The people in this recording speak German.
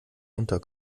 runter